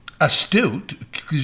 astute